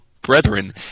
brethren